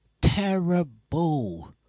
terrible